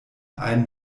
ein